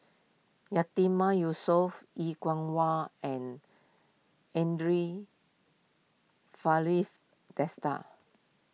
Yatiman Yusof Er Kwong Wah and andre Desker